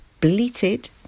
bleated